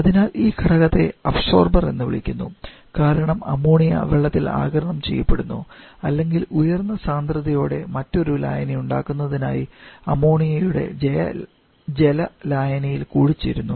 അതിനാൽ ഈ ഘടകത്തെ അബ്സോർബർ എന്ന് വിളിക്കുന്നു കാരണം അമോണിയ വെള്ളത്തിൽ ആഗിരണം ചെയ്യപ്പെടുന്നു അല്ലെങ്കിൽ ഉയർന്ന സാന്ദ്രതയോടെ മറ്റൊരു ലായനി ഉണ്ടാക്കുന്നതിനായി അമോണിയയുടെ ജല ലായനിയിൽ കൂടിച്ചേരുന്നു